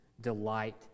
delight